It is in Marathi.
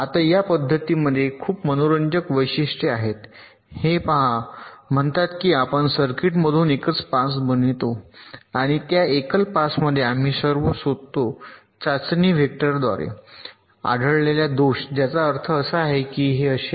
आता या पद्धतींमध्ये खूप मनोरंजक वैशिष्ट्ये आहेत हे पहा म्हणतात की आपण सर्किटमधून एकच पास बनवितो आणि त्या एकल पासमध्ये आम्ही सर्व शोधतो चाचणी वेक्टरद्वारे आढळलेल्या दोष ज्याचा अर्थ असा आहे की हे असे आहे